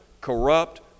corrupt